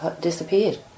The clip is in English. disappeared